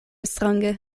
strange